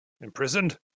Imprisoned